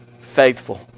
faithful